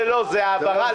זה העברה.